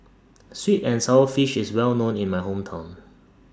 Sweet and Sour Fish IS Well known in My Hometown